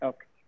Okay